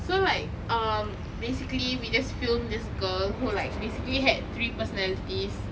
so like um basically we just film this girl who like basically had three personalities